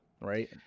right